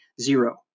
zero